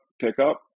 pickup